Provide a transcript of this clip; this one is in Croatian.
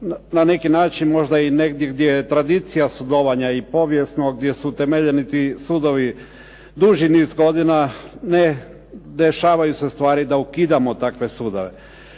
na neki način možda i negdje gdje je tradicija sudovanja i povijesno gdje su utemeljeni ti sudovi duži niz godina ne dešavaju se stvari da ukidamo takve sudove.